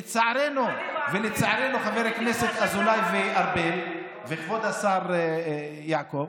לצערנו, חבר הכנסת אזולאי וארבל וכבוד השר יעקב,